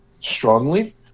strongly